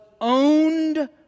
owned